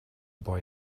boy